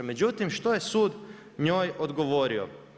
Međutim, što je sud njoj odgovorio?